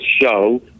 show